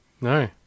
No